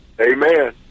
amen